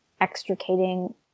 extricating